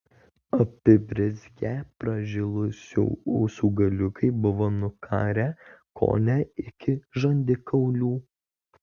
apibrizgę pražilusių ūsų galiukai buvo nukarę kone iki žandikaulių